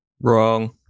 Wrong